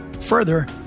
Further